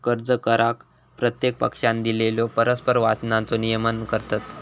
कर्ज करार प्रत्येक पक्षानं दिलेल्यो परस्पर वचनांचो नियमन करतत